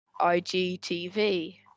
IGTV